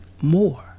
more